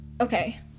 okay